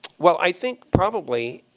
well, i think probably,